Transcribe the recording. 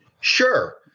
Sure